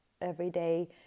everyday